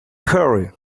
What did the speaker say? hurry